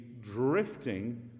drifting